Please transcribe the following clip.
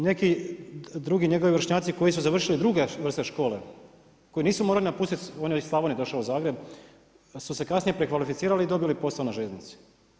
Neki drugi njegovi vršnjaci koji su završili druge vrste škole, koji nisu mogli napustiti, on je iz Slavonije došao u Zagreb, su se kasnije prekvalificirali i dobili posao na željeznici.